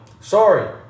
Sorry